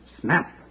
snap